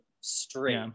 straight